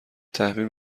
تحویل